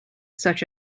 such